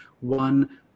one